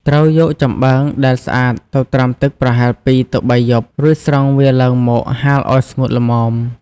ត្រូវយកចំបើងដែលស្អាតទៅត្រាំទឹកប្រហែល ២ ទៅ ៣ យប់ រួចស្រង់វាឡើងមកហាលឲ្យស្ងួតល្មម។